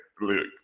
Look